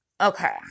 Okay